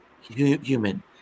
human